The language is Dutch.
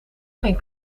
geen